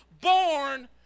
born